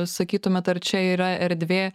sakytumėt ar čia yra erdvė